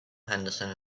henderson